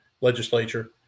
legislature